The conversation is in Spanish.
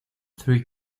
three